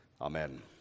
Amen